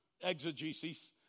exegesis